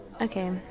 Okay